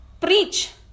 preach